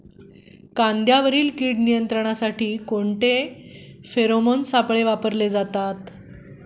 कीड नियंत्रणासाठी कांद्यात कोणते फेरोमोन सापळे वापरले जातात?